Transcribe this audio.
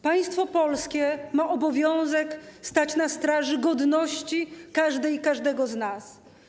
Państwo polskie ma obowiązek stać na straży godności każdej i każdego z nas.